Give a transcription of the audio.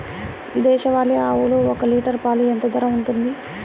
దేశవాలి ఆవులు ఒక్క లీటర్ పాలు ఎంత ధర ఉంటుంది?